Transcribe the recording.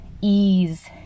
ease